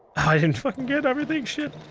i didn't fucking get everything, shit.